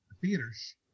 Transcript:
Theater's